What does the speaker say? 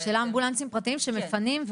של אמבולנסים פרטיים שמפנים,